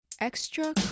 Extra